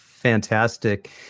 Fantastic